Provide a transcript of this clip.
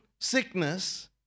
sickness